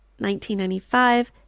1995